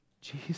Jesus